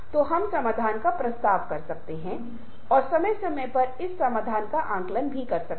आपका जीवन सभी काम नहीं है आपके जीवन में काम के साथ साथ कुछ अन्य गुण भी हैं और दो के बीच संतुलन होना चाहिए